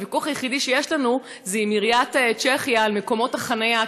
הוויכוח היחידי שיש לנו הוא עם העירייה על מקומות החניה,